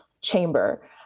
chamber